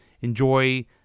enjoy